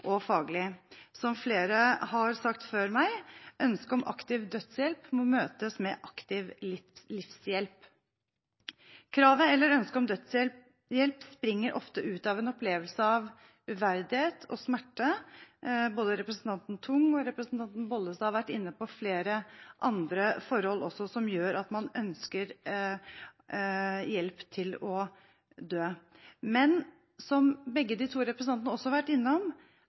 og faglig. Som flere har sagt før meg: Ønsket om aktiv dødshjelp må møtes med aktiv livshjelp. Kravet eller ønsket om dødshjelp springer ofte ut av en opplevelse av uverdighet og smerte, og både representanten Tung og representanten Bollestad har vært inne på flere andre forhold som også gjør at man ønsker hjelp til å dø. Men som begge de to representantene har vært innom,